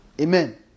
Amen